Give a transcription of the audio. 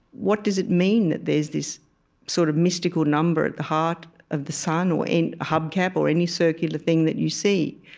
what does it mean that there's this sort of mystical number at the heart of the sun or in a hubcap or any circular thing that you see?